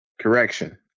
Correction